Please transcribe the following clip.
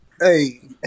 Hey